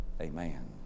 Amen